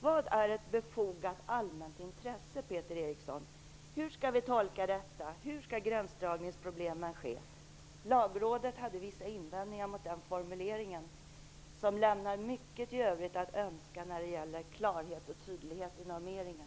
Vad är ett befogat allmänt intresse, Peter Eriksson? Hur skall vi tolka detta? Hur skall gränsdragningen ske? Lagrådet hade vissa invändningar mot den formuleringen som lämnar mycket i övrigt att önska när det gäller klarhet och tydlighet i normeringen.